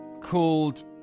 called